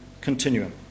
continuum